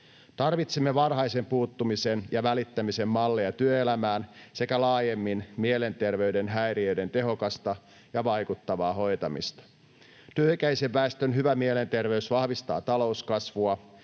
Tarvitsemme varhaisen puuttumisen ja välittämisen malleja työelämään sekä laajemmin mielenterveyden häiriöiden tehokasta ja vaikuttavaa hoitamista. Työikäisen väestön hyvä mielenterveys vahvistaa talouskasvua,